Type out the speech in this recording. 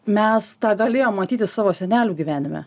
mes tą galėjom matyti savo senelių gyvenime